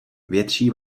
větší